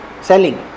selling